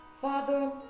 father